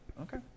Okay